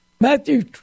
Matthew